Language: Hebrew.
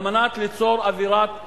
כדי ליצור אווירת "עליהום"